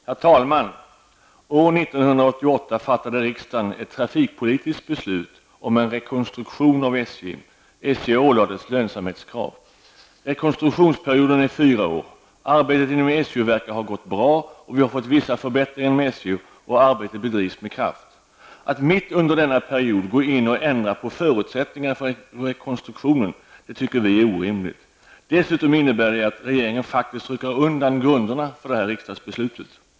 Herr talman! År 1988 fattade riksdagen ett trafikpolitiskt beslut om en rekonstruktion av SJ. Rekonstruktionsperioden är fyra år. Arbetet inom SJ verkar ha gått bra, och vi har fått vissa förbättringar inom SJ. Arbetet bedrivs med stor kraft. Att mitt under denna period gå in och ändra på förutsättningarna för rekonstruktionen tycker vi är orimligt. Dessutom innebär det att regeringen faktiskt rycker undan grunderna för riksdagsbeslutet.